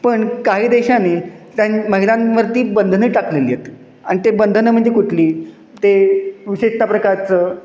पण काही देशांनी त्या महिलांवरती बंधनं टाकलेली आहेत आणि ते बंधनं म्हणजे कुठली ते विशिष्ट प्रकारचं